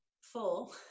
full